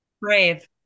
Brave